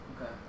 Okay